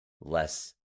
less